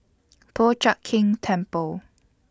Po Chiak Keng Temple